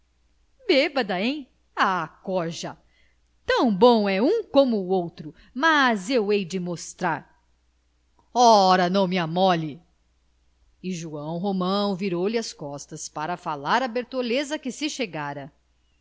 bêbeda hein ah corja tão bom é um como o outro mas eu hei de mostrar ora não me amole e joão romão virou lhe as costas para falar à bertoleza que se chegara